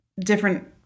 different